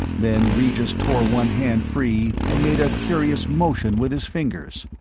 then regis tore one hand free, and made a curious motion with his fingers.